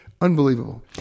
unbelievable